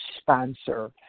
sponsor